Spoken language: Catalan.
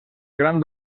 gran